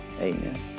Amen